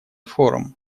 форум